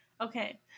Okay